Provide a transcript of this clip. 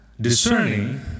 discerning